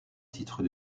titre